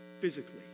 physically